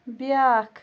بیاکھ